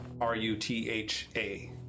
R-U-T-H-A